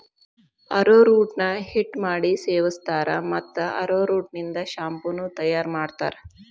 arrowroot ನ ಹಿಟ್ಟ ಮಾಡಿ ಸೇವಸ್ತಾರ, ಮತ್ತ ಅರೋರೂಟ್ ನಿಂದ ಶಾಂಪೂ ನು ತಯಾರ್ ಮಾಡ್ತಾರ